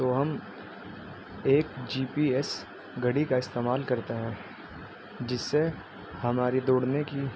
تو ہم ایک جی پی ایس گھڑی کا استعمال کرتے ہیں جس سے ہماری دوڑنے کی